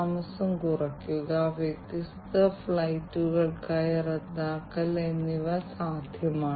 അതിനാൽ ഈ ഡാറ്റ കൈകാര്യം ചെയ്യുക ഈ ഡാറ്റ വിശകലനം ചെയ്യുക എന്നത് വളരെ കഠിനമായ ജോലിയാണ്